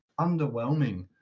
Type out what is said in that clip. underwhelming